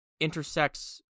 intersects